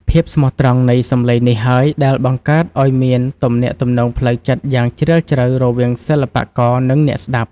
ភាពស្មោះត្រង់នៃសម្លេងនេះហើយដែលបង្កើតឱ្យមានទំនាក់ទំនងផ្លូវចិត្តយ៉ាងជ្រាលជ្រៅរវាងសិល្បករ និងអ្នកស្ដាប់។